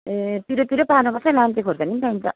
ए पिरो पिरो पार्नुपर्छ है लाम्चे खोर्सानी पनि चाहिन्छ